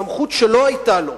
סמכות שלא היתה לו,